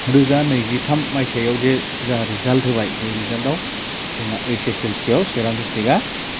रोजा नैजिथाम मायथाइआव जे जा रिजाल्ट होबाय बे रिजाल्टआव जोंहा ऐत्स एस एल सि आव चिरां डिस्ट्रिक्टआ